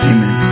Amen